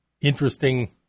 interesting